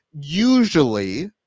usually